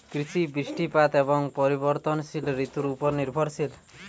কৃষি বৃষ্টিপাত এবং পরিবর্তনশীল ঋতুর উপর নির্ভরশীল